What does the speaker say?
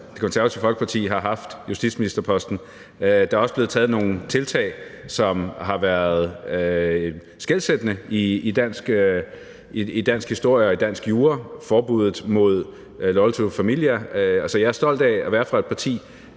Det Konservative Folkeparti har haft justitsministerposten, og der er også blevet taget nogle tiltag, som har været skelsættende i dansk historie og i dansk jura, som forbuddet mod Loyal To Familia. Jeg er stolt af at være fra et parti,